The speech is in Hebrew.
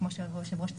כמו שהיושב ראש ציין,